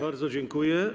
Bardzo dziękuję.